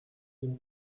d’une